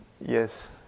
Yes